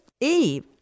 Eve